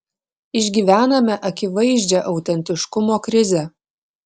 išgyvename akivaizdžią autentiškumo krizę